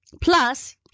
Plus